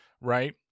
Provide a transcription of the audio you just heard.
right